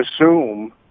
assume